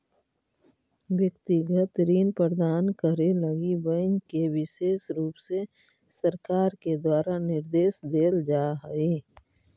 व्यक्तिगत ऋण प्रदान करे लगी बैंक के विशेष रुप से सरकार के द्वारा निर्देश देल जा हई